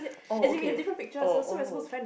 oh okay oh oh